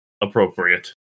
appropriate